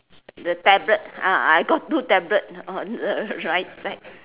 the tablet uh I got two tablet on the right side